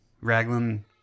raglan